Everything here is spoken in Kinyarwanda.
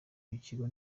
ikigo